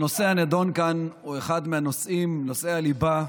הנושא הנדון כאן הוא אחד מהנושאים, נושאי הליבה,